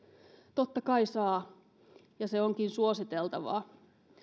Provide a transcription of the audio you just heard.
totta kai saa ja se onkin suositeltavaa